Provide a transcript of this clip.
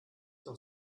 noch